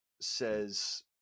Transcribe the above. says